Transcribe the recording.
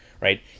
right